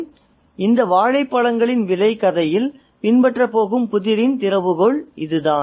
எனவே இந்த "வாழைப்பழங்களின் விலை" கதையில் பின்பற்றப் போகும் புதிரின் திறவுகோல் இதுதான்